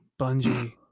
Bungie